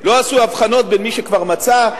לא עשו הבחנות בין מי שכבר מצא,